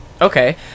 Okay